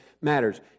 matters